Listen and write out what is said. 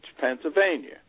Pennsylvania